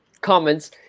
comments